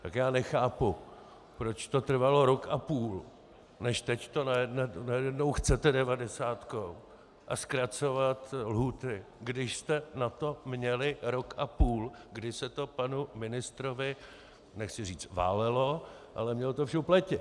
Tak já nechápu, proč to trvalo rok a půl, než teď to najednou chcete devadesátkou a zkracovat lhůty, když jste na to měli rok a půl, kdy se to panu ministrovi nechci říct válelo, ale měl to v šupleti.